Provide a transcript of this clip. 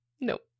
Nope